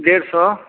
डेढ़ सौ